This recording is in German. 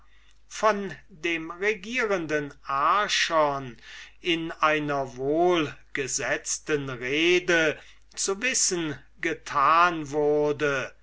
von dem regierenden archon in einer wohlgesetzten rede zu wissen gemacht wurde